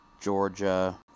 Georgia